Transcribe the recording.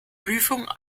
prüfung